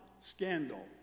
Scandal